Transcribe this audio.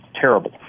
terrible